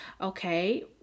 okay